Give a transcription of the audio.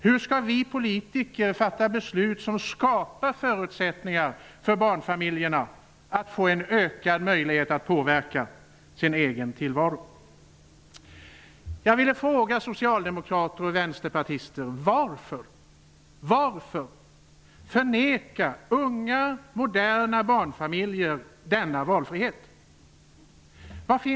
Hur skall vi politiker fatta beslut som skapar förutsättningar för barnfamiljerna att få en ökad möjlighet att påverka sin egen tillvaro?